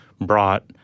brought